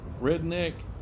Redneck